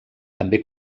també